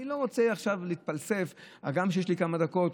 אני לא רוצה עכשיו להתפלסף, הגם שיש לי כמה דקות.